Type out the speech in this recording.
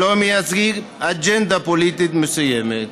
שלא מייצגים אג'נדה פוליטית מסוימת,